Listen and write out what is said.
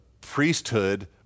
priesthood